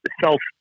self